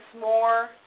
more